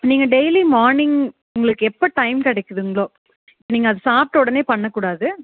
நீங்கள் daily morning உங்களுக்கு எப்போ டைம் கிடைக்குதுங்கலோ நீங்கள் சாப்பிட்ட உடனே பண்ணக்கூடாது